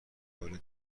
کاری